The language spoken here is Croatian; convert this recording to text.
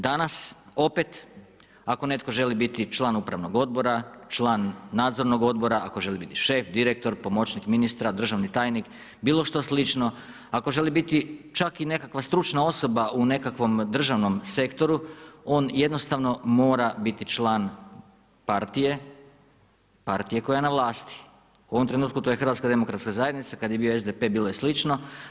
Danas opet, ako netko želi biti član upravnog odbora, član nadzornog odbora, ako želi biti šef, direktor, pomoćnik ministra, državni tajnik, bilo što slično, ako želi biti čak i nekakva stručna osoba u nekakvom državnom sektoru, on jednostavno mora biti član partije koja je na vlasti, u ovom trenutku to je HDZ, kad je bio SDP bilo je slično.